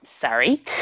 sorry